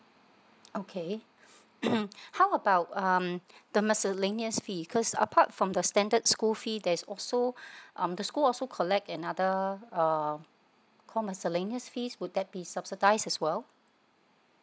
okay how about um the miscellaneous fee cause apart from the standard school fee there is also um the school also collect another uh call miscellaneous fee would that be subsidised as well